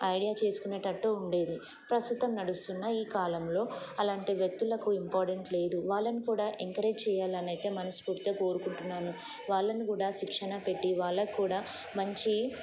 idea చేసుకునేటట్టు ఉండేది ప్రస్తుతం నడుస్తున్న ఈ కాలంలో అలాంటి వ్యక్తులకు ఇంపార్టెంట్ లేదు వాళ్ళని కూడా ఎంకరేజ్ చేయాలనైతే మనసు పూర్తిగా కోరుకుంటున్నాను వాళ్ళని కూడా శిక్షణ పెట్టి వాళ్ళకు కూడా మంచి